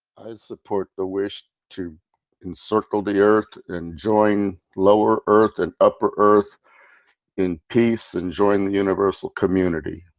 support the wish, to encircle the earth and join lower earth and upper earth in peace and join the universal community.